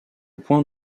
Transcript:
point